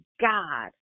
God